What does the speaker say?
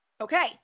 Okay